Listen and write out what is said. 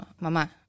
Mama